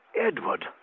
Edward